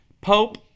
Pope